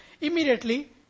Immediately